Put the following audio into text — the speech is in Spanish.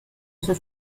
sus